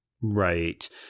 Right